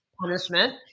punishment